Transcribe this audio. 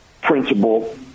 principle